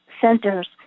centers